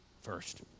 first